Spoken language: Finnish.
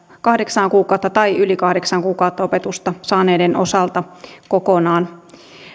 kahdeksan kuukautta tai yli kahdeksan kuukautta opetusta saaneiden osalta kokonaan